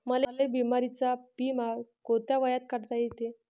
मले बिमारीचा बिमा कोंत्या वयात काढता येते?